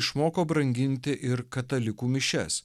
išmoko branginti ir katalikų mišias